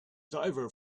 diver